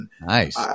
Nice